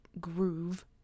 Groove